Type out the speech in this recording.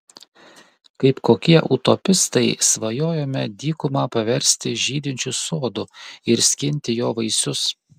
kaip kokie utopistai svajojome dykumą paversti žydinčiu sodu ir skinti jo vaisius